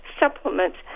Supplements